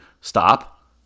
stop